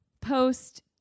post-